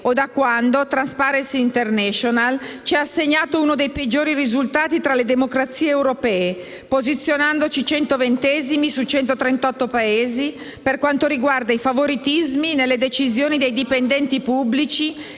l'associazione Transparency International ci ha assegnato uno dei peggiori risultati tra le democrazie europee, posizionandoci centoventesimi su 138 Paesi per quanto riguarda i favoritismi nelle decisioni dei dipendenti pubblici